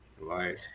Right